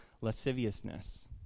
lasciviousness